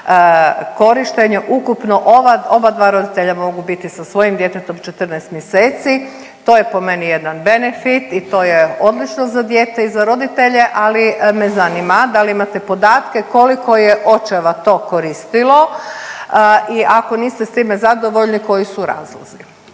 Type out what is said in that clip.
korištenje ukupno ova oba dva roditelja mogu biti sa svojim djetetom 14 mjeseci, to je po meni jedan benefit i to je odlično za dijete i za roditelje, ali me zanima da li imate podatke koliko je očeva to koristilo i ako niste s time zadovoljni koji su razlozi.